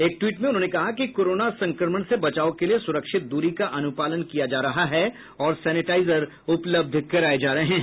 एक ट्वीट में उन्होंने कहा कि कोरोना संक्रमण से बचाव के लिये सुरक्षित दूरी का अनुपालन किया जा रहा है और सेनिटाइजर उपलब्ध कराए जा रहे हैं